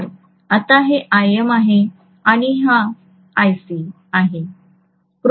तर आता हे Im आहे आणि ही IC आहे